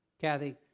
Kathy